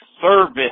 service